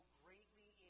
greatly